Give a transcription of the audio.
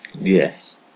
Yes